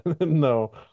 No